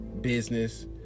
business